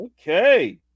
Okay